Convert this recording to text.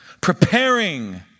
Preparing